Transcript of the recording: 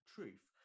Truth